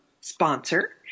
sponsor